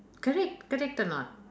correct correct or not